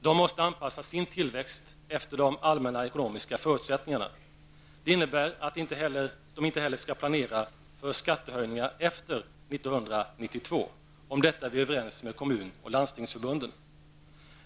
De måste anpassa sin tillväxt efter de allmänna ekonomiska förutsättningarna. Det innebär att de inte heller skall planera för skattehöjningar efter 1992. Om detta är vi överens med Kommunförbundet och Landstingsförbundet.